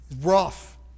rough